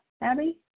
Abby